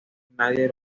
nadie